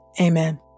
Amen